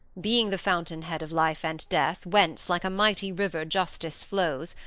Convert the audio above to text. being the fountain-head of life and death whence, like a mighty river, justice flows,